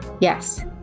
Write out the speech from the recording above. Yes